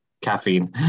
Caffeine